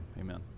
Amen